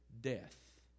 death